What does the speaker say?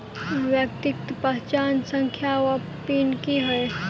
व्यक्तिगत पहचान संख्या वा पिन की है?